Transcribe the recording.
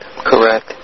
Correct